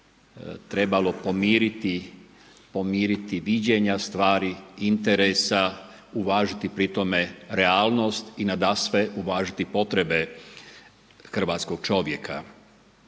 trebalo pomiriti viđenja stvari, interesa, uvažiti pri tome realnost i nadasve uvažiti potrebe hrvatskog čovjeka.